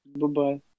Bye-bye